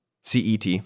cet